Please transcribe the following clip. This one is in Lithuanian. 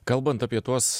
kalbant apie tuos